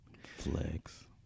Flex